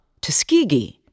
Tuskegee